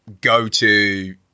go-to